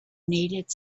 needed